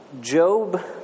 Job